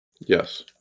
Yes